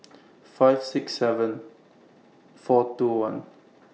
five six seven four two one